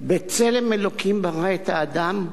בצלם אלוקים ברא את האדם,